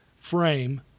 frame